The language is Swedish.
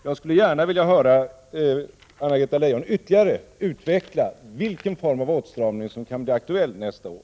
Jag skulle gärna vilja höra Anna-Greta Leijon ytterligare utveckla vilken form av åtstramning som kan bli aktuell nästa år.